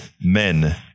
men